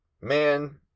man